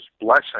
blessing